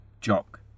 Jock